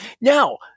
Now –